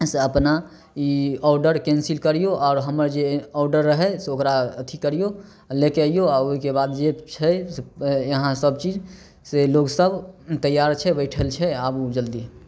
से अपना ई order cancel करिऔ आओर हमर जे ऑडर रहै से ओकरा अथी करिऔ लेके अइऔ आओर ओहिके बाद जे छै से यहाँ सबचीज से लोकसभ तैआर छै बैठल छै आबू जल्दी